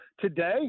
Today